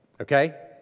okay